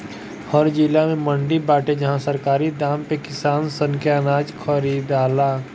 हर जिला में मंडी बाटे जहां सरकारी दाम पे किसान सन के अनाज खरीदाला